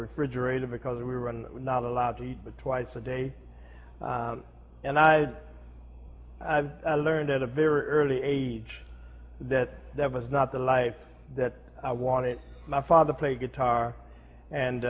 refrigerator because we run we're not allowed to eat but twice a day and i learned at a very early age that that was not the life that i wanted my father played guitar and